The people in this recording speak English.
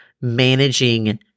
managing